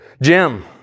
Jim